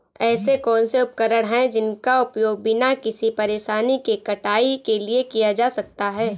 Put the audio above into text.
ऐसे कौनसे उपकरण हैं जिनका उपयोग बिना किसी परेशानी के कटाई के लिए किया जा सकता है?